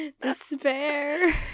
Despair